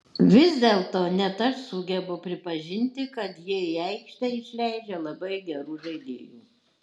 vis dėlto net aš sugebu pripažinti kad jie į aikštę išleidžia labai gerų žaidėjų